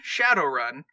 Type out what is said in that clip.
Shadowrun